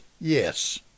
Yes